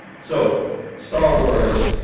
so, star wars